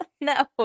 no